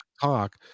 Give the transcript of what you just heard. talk